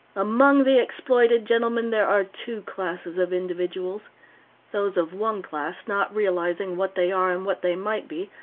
among the exploited, gentlemen, there are two classes of individuals those of one class, not realizing what they are and what they might be,